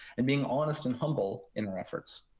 and being honest and humble in our efforts.